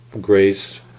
grace